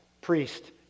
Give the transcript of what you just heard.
priest